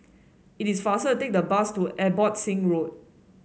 it is faster to take the bus to Abbotsingh Road